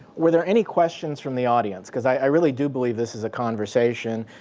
were there any questions from the audience? because i really do believe this is a conversation.